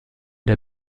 der